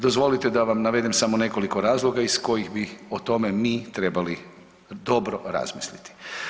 Dozvolite da vam navedem samo nekoliko razloga iz kojih bih o tome mi trebali dobro razmisliti.